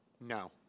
No